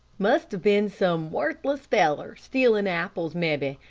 must have been some worthless feller, stealin' apples, mebbe,